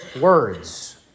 words